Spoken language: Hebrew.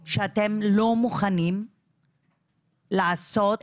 יש את התנאים מי אמור לעשות את